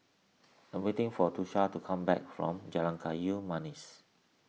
I'm waiting for Tosha to come back from Jalan Kayu Manis